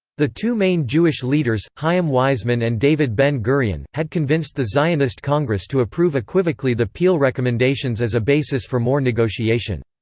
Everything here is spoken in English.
the two main jewish leaders, chaim weizmann and david ben-gurion, had convinced the zionist congress to approve equivocally the peel recommendations as a basis for more negotiation.